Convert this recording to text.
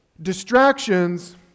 distractions